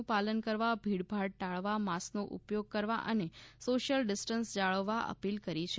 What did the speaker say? નુ પાલન કરવા ભીડભાડ ટાળવા માસ્કનો ઉપયોગ કરવા અને સોશિયલ ડિસ્ટન્સ જાળવવા અપીલ કરી છે